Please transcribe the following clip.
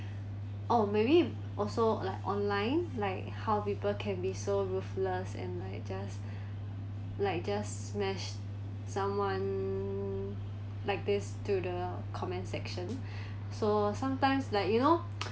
oh maybe also like online like how people can be so ruthless and like just like just smash someone like this to the comment section so sometimes like you know